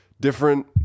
different